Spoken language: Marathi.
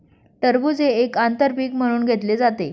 टरबूज हे एक आंतर पीक म्हणून घेतले जाते